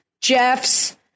Jeff's